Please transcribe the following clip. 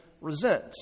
resent